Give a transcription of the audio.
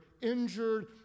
injured